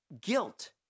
guilt